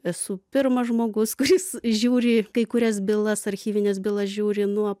esu pirmas žmogus kuris žiūri kai kurias bylas archyvines bylas žiūri nuo